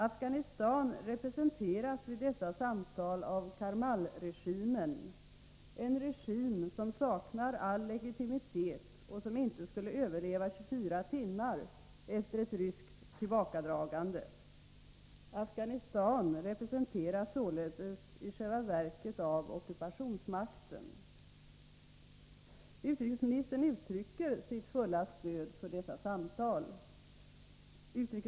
Afghanistan representeras vid dessa samtal av Karmalregimen, en regim som saknar all legitimitet och som inte skulle överleva 24 timmar efter ett ryskt tillbakadragande. Afghanistan representeras således i själva verket av ockupationsmakten. Utrikesministern uttrycker sitt fulla stöd för dessa samtal.